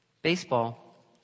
Baseball